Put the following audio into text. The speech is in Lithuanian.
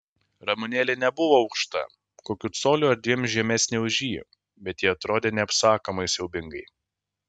ramunėlė nebuvo aukšta kokiu coliu ar dviem žemesnė už jį bet ji atrodė neapsakomai siaubingai